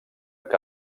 que